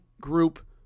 group